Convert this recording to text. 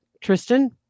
Tristan